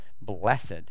blessed